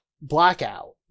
blackout